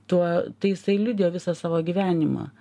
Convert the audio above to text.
tuo tai jisai liudijo visą savo gyvenimą